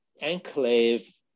enclave